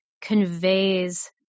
conveys